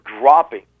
dropping